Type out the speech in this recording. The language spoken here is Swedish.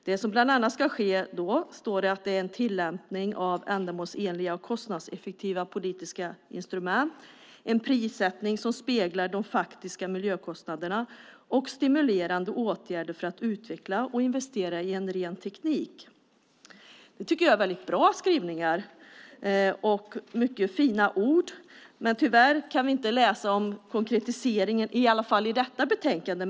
Det som bland annat ska ske då är, står det, en tillämpning av ändamålsenliga och kostnadseffektiva politiska instrument, en prissättning som speglar de faktiska miljökostnaderna och stimulerande åtgärder för att utveckla och investera i ren teknik. Jag tycker att det är väldigt bra skrivningar, och det är mycket fina ord. Men tyvärr kan vi inte läsa om konkretiseringen, åtminstone inte i detta betänkande.